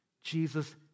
Jesus